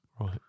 Right